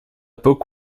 book